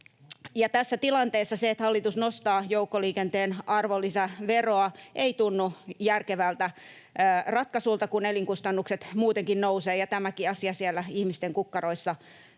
Tässä tilanteessa se, että hallitus nostaa joukkoliikenteen arvonlisäveroa, ei tunnu järkevältä ratkaisulta, kun elinkustannukset muutenkin nousevat ja tämäkin asia siellä ihmisten kukkaroissa näkyy.